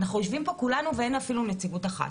אנחנו יושבים פה כולנו ואין אפילו נציגות אחת,